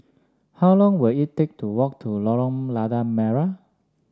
how long will it take to walk to Lorong Lada Merah